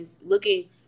looking